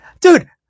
dude